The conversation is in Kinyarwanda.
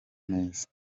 neza